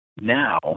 now